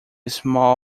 small